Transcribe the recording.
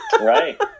Right